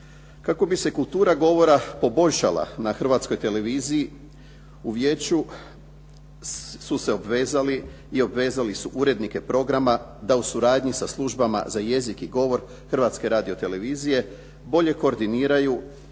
Kako bi se kultura govora poboljšala na Hrvatskoj televiziji u Vijeću su se obvezali i obvezali su urednike programa da u suradnji sa službama za jezik i govor Hrvatske radiotelevizije bolje koordiniraju